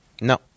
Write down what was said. No